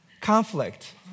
conflict